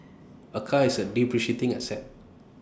A car is depreciating asset